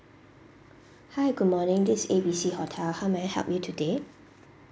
hi good morning this is A B C hotel how may I help you today